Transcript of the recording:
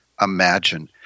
imagine